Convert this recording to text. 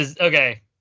Okay